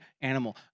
animal